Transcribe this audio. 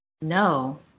No